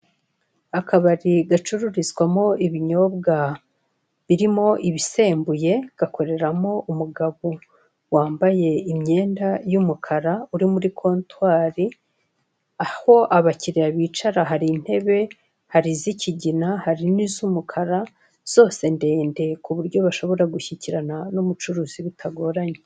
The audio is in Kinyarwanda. Akabari gacururizwamo ibinyobwa birimo ibisembuye, gakoreramo umugabo wambaye imyenda y'umukara, uri muri kontwari, aho abakiriya bicaye hari intebe, hari iz'ikigina, hari niz'umukara, zose ndetse, ku buryo bashobora gushyikirana n'umucuruzi bitagoranye.